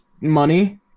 money